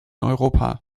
europa